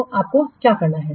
तो आपको क्या करना है